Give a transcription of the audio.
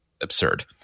absurd